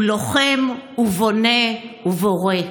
הוא לוחם ובונה ובורא".